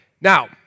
Now